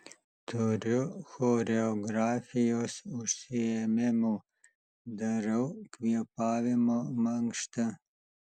turiu choreografijos užsiėmimų darau kvėpavimo mankštą